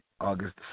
August